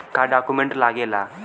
का डॉक्यूमेंट लागेला?